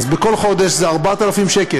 אז בכל חודש זה 4,000 שקל.